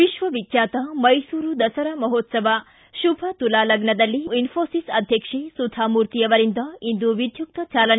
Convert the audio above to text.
ವಿಶ್ವವಿಖ್ಯಾತ ಮೈಸೂರು ದಸರಾ ಮಹೋತ್ಸವ ಶುಭ ಶುಲಾ ಲಗ್ನದಲ್ಲಿ ಇನೋಸಿಸ್ ಅಧ್ಯಕ್ಷೆ ಸುಧಾಮೂರ್ತಿ ಅವರಿಂದ ಇಂದು ವಿದ್ಯುಕ್ತ ಜಾಲನೆ